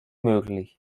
möglich